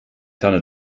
tanne